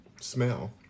Smell